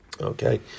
Okay